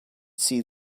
see